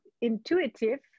intuitive